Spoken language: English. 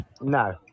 No